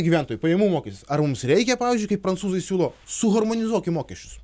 gyventojų pajamų mokestis ar mums reikia pavyzdžiui kaip prancūzui siūlo suharmonizuokim mokesčius